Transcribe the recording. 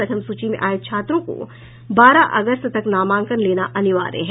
प्रथम सूची में आए छात्रों को बारह अगस्त तक नामांकन लेना अनिवार्य है